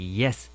yes